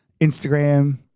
Instagram